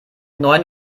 neuen